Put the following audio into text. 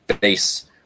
base